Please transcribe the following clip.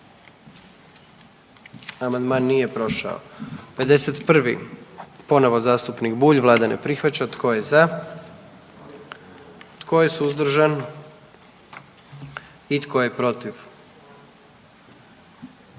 sastavni dio zakona. 44. Kluba zastupnika SDP-a, vlada ne prihvaća. Tko je za? Tko je suzdržan? Tko je protiv?